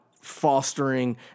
fostering